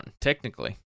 technically